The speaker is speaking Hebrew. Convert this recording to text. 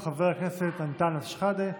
חבר הכנסת אנטאנס שחאדה,